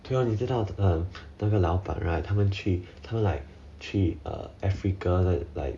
对 lor 你知道那个老板 right 他们去他们 like 去 uh africa like like